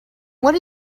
what